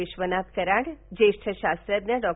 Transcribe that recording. विधनाथ कराड ज्येष्ठ शास्त्रज्ञ डॉ